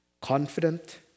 confident